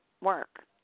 work